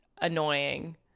annoying